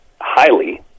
highly